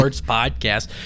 podcast